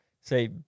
say –